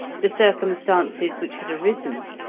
the circumstances which had arisen,